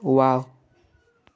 wow